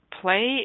play